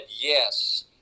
yes